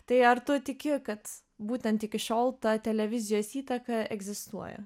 tai ar tu tiki kad būtent iki šiol ta televizijos įtaka egzistuoja